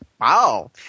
Wow